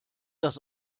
das